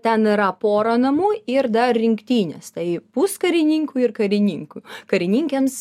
ten yra pora namų ir dar rinktinės tai puskarininkų ir karininkų karininkėms